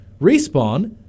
Respawn